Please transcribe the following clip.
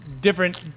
different